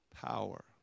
power